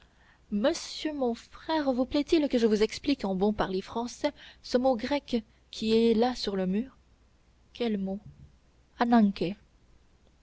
monsieur mon frère vous plaît-il que je vous explique en bon parler français ce mot grec qui est écrit là sur le mur